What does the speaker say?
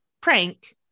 prank